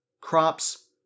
Crops